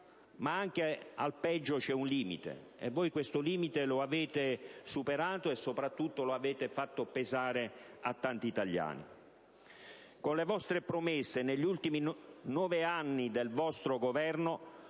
ma anche al peggio c'è un limite, e voi questo limite lo avete superato, e soprattutto lo avete fatto pesare a tanti italiani. Con le vostre promesse, negli ultimi nove anni del vostro governo,